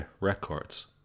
records